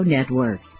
Network